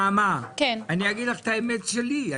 נעמה, אני אגיד לך את האמת שלי.